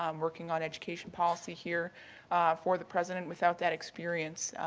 um working on education policy here for the president without that experience.